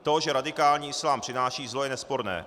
To, že radikální islám přináší zlo, je nesporné.